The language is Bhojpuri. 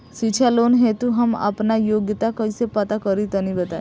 शिक्षा लोन हेतु हम आपन योग्यता कइसे पता करि तनि बताई?